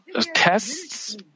tests